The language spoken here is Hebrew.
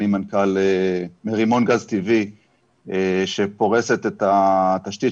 אני מנכ"ל מרימון גז טבעי שפורסת את התשתית